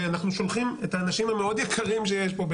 ואנחנו שולחים את האנשים המאוד יקרים שיש פה,